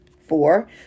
Four